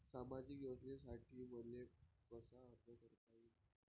सामाजिक योजनेसाठी मले कसा अर्ज करता येईन?